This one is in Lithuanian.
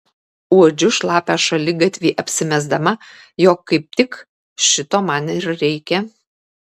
uodžiu šlapią šaligatvį apsimesdama jog kaip tik šito man ir reikia